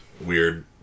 weird